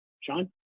Sean